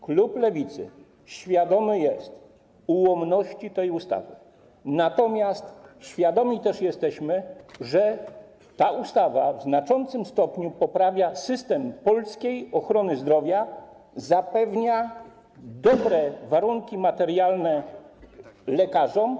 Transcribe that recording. Klub Lewicy świadomy jest ułomności tej ustawy, natomiast świadomi też jesteśmy, że ta ustawa w znaczącym stopniu poprawia system polskiej ochrony zdrowia, zapewnia dobre warunki materialne lekarzom.